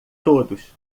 todos